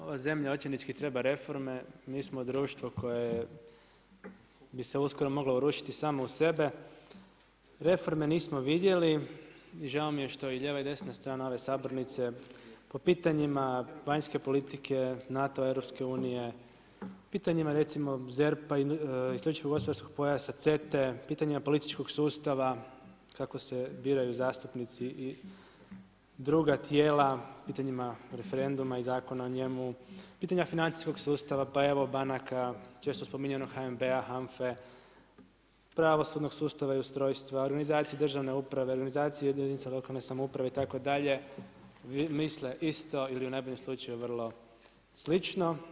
Ova zemlja očajnički treba reforme, mi smo društvo koje bi se uskoro moglo urušiti samo u sebe, reforme nismo vidjeli i žao mi je što i lijeva i desna strana ove sabornice po pitanjima vanjske politike, NATO, EU-a, pitanjima recimo ZERP-a, isključivo gospodarskog pojasa, CETA-e, pitanjima političkog sustava kako se biraju zastupnici i druga tijela, pitanjima referenduma i zakona o njemu, pitanju financijskog sustava, pa evo banaka, često spominjanog HNB-a, HANFA-e, pravosudnog sustava i ustrojstva, organizacije državne uprave organizacije jedinica lokalne samouprave itd., misle isto ili u najbolje slučaju vrlo slično.